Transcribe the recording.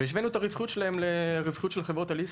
והשווינו את הרווחיות שלהם לרווחיות של חברות הליסינג.